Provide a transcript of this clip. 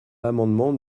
l’amendement